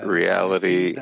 reality